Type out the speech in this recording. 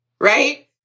right